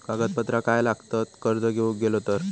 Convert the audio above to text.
कागदपत्रा काय लागतत कर्ज घेऊक गेलो तर?